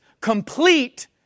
complete